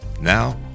Now